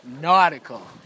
Nautical